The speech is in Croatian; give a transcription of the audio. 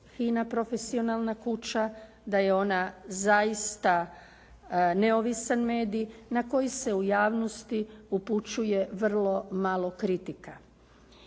HINA profesionalna kuća, da je ona zaista neovisan medij na koji se u javnosti upućuje vrlo malo kritika.